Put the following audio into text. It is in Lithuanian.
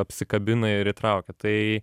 apsikabina ir įtraukia tai